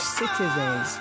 citizens